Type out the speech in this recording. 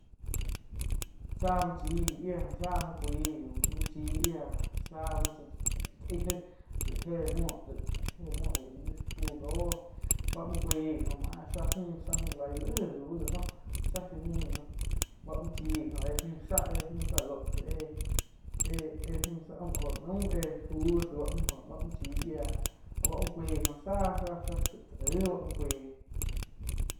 Záh muo chíh yiá, záh muoh cuaí, muh chii yia, záh muo cha aí gaí laig éh muo, éh muo laig lí fu gó báh muo cuaig gi oh maah záh müh, zá mü lai laig lau la noh záh shiu müh la noh báh muoh chi ji oh éh müh zá eh müh lóh tzá éh-éh mü záh aum jóho naum éh fu cha ba muo chí yiá, joh bá muoh cuaih gi, záh. záh taig cháh aig ba muo cuaih.